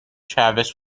travis